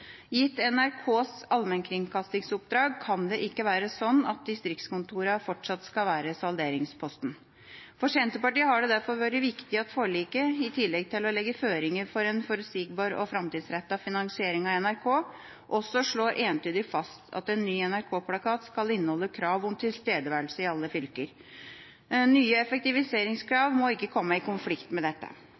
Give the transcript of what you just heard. Gitt NRKs allmennkringkastingsoppdrag kan det ikke være slik at distriktskontorene fortsatt skal være salderingsposten. For Senterpartiet har det derfor vært viktig at forliket, i tillegg til å legge føringer for en forutsigbar og framtidsrettet finansiering av NRK, også slår entydig fast at en ny NRK-plakat skal inneholde krav om tilstedeværelse i alle fylker. Nye effektiviseringskrav må ikke komme i konflikt med dette.